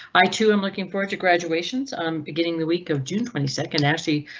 i too am looking forward to graduations. i'm beginning the week of june twenty second, actually,